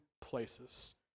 places